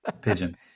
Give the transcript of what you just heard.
Pigeon